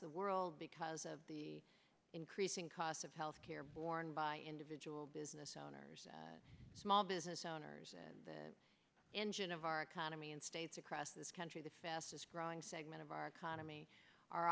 the world because of the increasing cost of health care borne by individual business owners small business owners the engine of our economy in states across this country the fastest growing segment of our economy are